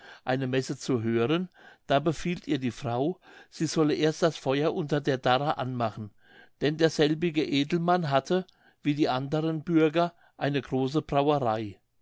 eine messe zu hören da befiehlt ihr die frau sie solle erst das feuer unter der darre anmachen denn derselbige edelmann hatte wie die anderen bürger eine große brauerei